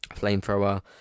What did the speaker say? flamethrower